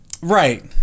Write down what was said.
Right